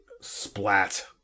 Splat